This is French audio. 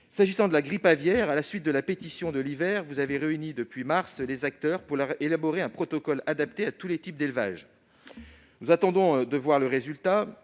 S'agissant de la grippe aviaire, à la suite de la pétition de cet hiver, vous avez réuni depuis mars les acteurs pour élaborer un protocole adapté à tous les types d'élevage. Nous attendons de voir le résultat,